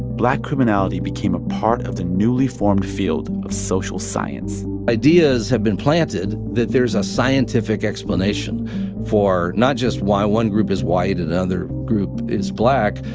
black criminality became a part of the newly formed field of social science ideas have been planted that there's a scientific explanation for not just why one group is white and another group is black,